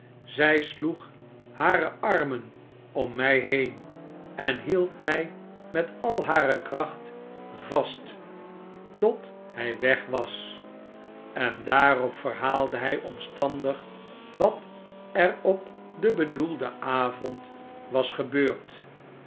zij sloeg hare armen om mij heen en hield mij met al hare kracht vast tot hij weg was en daarop verhaalde hij omstandig wat er op den bedoelden avond was gebeurd